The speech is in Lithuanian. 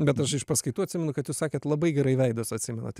bet aš iš paskaitų atsimenu kad jūs sakėt labai gerai veidus atsimenate